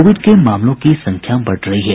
Covid के मामलों की संख्या बढ़ रही है